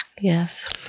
Yes